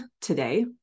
today